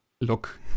look